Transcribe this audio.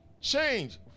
Change